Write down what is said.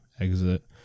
exit